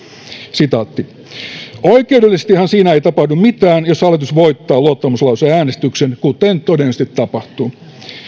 oikeudellisestihan siinä ei tapahdu mitään jos hallitus voittaa luottamuslauseäänestyksen kuten todennäköisesti tapahtuu